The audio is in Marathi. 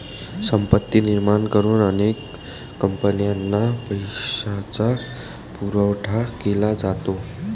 संपत्ती निर्माण करून अनेक कंपन्यांना पैशाचा पुरवठा केला जातो